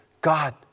God